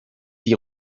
die